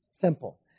simple